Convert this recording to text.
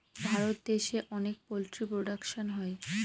ভারত দেশে অনেক poultry production হয়